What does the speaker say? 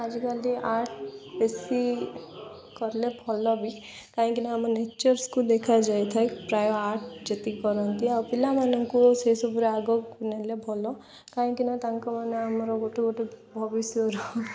ଆଜିକାଲି ଆର୍ଟ ବେଶୀ କଲେ ଭଲ ବି କାହିଁକିନା ଆମ ନେଚର୍ସକୁ ଦେଖାଯାଇଥାଏ ପ୍ରାୟ ଆର୍ଟ ଯେତିକି କରନ୍ତି ଆଉ ପିଲାମାନଙ୍କୁ ସେସବୁରେ ଆଗକୁ ନେଲେ ଭଲ କାହିଁକିନା ତାଙ୍କମାନେ ଆମର ଗୋଟେ ଗୋଟେ ଭବିଷ୍ୟର